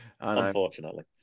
Unfortunately